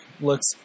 looks